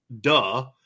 duh